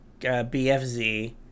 BFZ